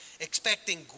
expecting